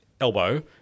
elbow